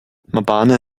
mbabane